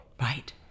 Right